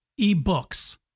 eBooks